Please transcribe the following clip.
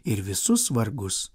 ir visus vargus